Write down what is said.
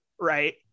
right